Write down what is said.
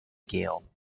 gale